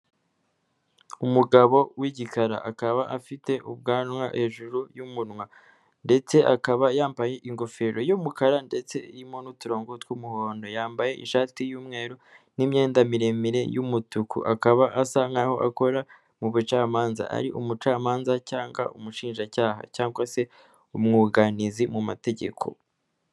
Umugabo w'igikara, akaba afite ubwanwa hejuru y'umunwa ndetse akaba yambaye ingofero y'umukara ndetse irimo n'uturongo tw'umuhondo, yambaye ishati y'umweru n'imyenda miremire y'umutuku, akaba asa nk'aho akora mu bucamanza ari umucamanza cyangwa umushinjacyaha cyangwa se umwunganizi mu mategeko.